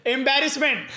Embarrassment